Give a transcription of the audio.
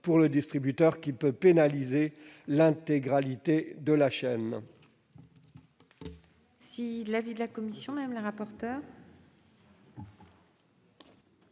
pour le distributeur, qui peut pénaliser l'intégralité de la chaîne.